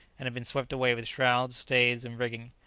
and had been swept away with shrouds, stays, and rigging.